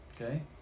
Okay